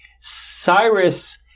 Cyrus